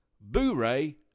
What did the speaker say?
Boo-Ray